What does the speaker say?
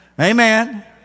Amen